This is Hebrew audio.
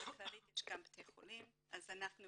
אבל לכללית יש גם בתי חולים אז אנחנו